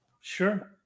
Sure